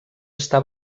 està